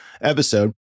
episode